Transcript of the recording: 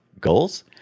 goals